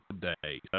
today